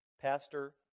pastor